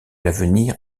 l’avenir